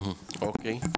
אוקי,